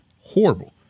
horrible